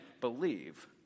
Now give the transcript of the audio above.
believe